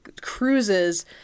cruises